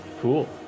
Cool